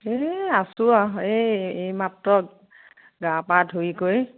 এই আছোঁ আৰু এই এই মাত্ৰ গা পা ধুই কৰি